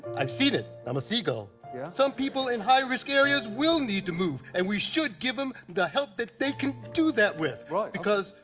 i've seen it. i'm a seagull. yeah. some people in high-risk areas will need to move and we should give em the help that they can do that with. right. okay. because.